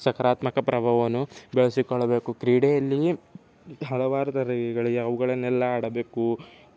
ಸಕಾರಾತ್ಮಕ ಪ್ರಭಾವವನ್ನು ಬೆಳೆಸಿಕೊಳ್ಳಬೇಕು ಕ್ರೀಡೆಯಲ್ಲಿಯೇ ಹಲವಾರು ಥರಗಳಿವೆ ಅವುಗಳನ್ನೆಲ್ಲ ಆಡಬೇಕು